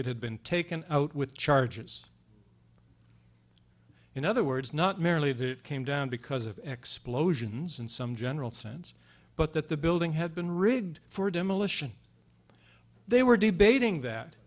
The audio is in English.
it had been taken out with charges in other words not merely that it came down because of explosions and some general sense but that the building had been rigged for demolition they were debating that